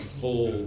full